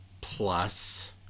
plus